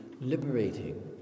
liberating